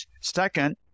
Second